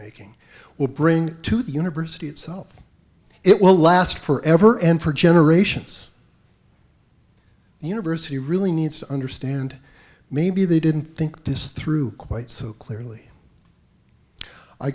making will bring to the university itself it will last forever and for generations the university really needs to understand maybe they didn't think this through quite so clearly i